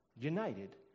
united